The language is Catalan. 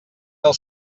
del